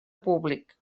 públic